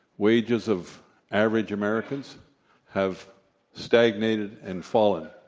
wages of average americans have stagnated and fallen,